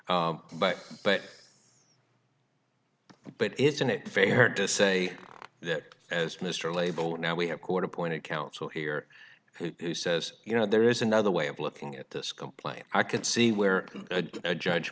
ok but but but isn't it fair to say that as mr label now we have court appointed counsel here who says you know there is another way of looking at this complaint i can see where a judge